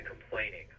complaining